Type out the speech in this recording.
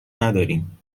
نداریم